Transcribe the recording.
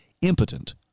impotent